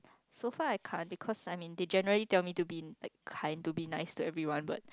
so far I can't because I mean they generally tell me to be a kind to be nice to everyone but